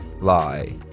lie